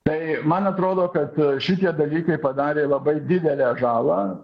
tai man atrodo kad šitie dalykai padarė labai didelę žalą